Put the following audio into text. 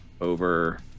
over